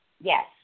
Yes